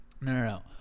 no